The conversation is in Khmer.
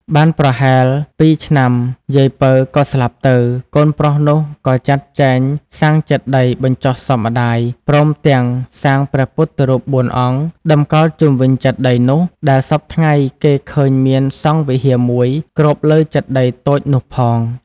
បានប្រហែលពីរឆ្នាំ យាយ ពៅ ក៏ស្លាប់ទៅ កូនប្រុសនោះ ក៏ចាត់ចែងសាងចេតិយ បញ្ចុះសពម្ដាយព្រមទាំងសាងព្រះពុទ្ធរូបបួនអង្គ តម្កល់ជុំវិញចេតិយនោះ ដែលសព្វថ្ងៃគេឃើញមានសង់វិហារមួយគ្របលើចេតិយតូចនោះផង ។